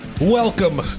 welcome